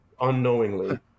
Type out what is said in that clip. unknowingly